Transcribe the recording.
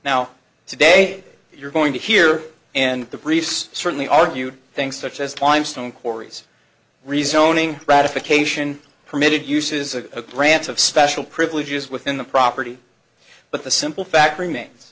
now today you're going to hear and the briefs certainly argued things such as time stone quarries rezoning ratification permitted uses a branch of special privileges within the property but the simple fact remains